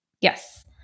Yes